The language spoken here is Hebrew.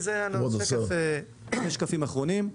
אלה השקפים האחרונים.